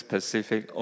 Pacific